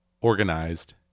organized